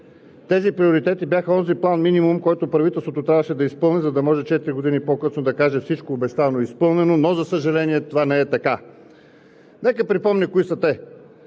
Тези приоритети бяха онзи план минимум, който правителството трябваше да изпълни, за да може четири години по-късно да каже: всичко обещано е изпълнено, но, за съжаление, това не е така. Нека да припомня кои са те.